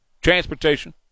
transportation